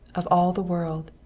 of all the world.